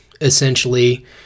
essentially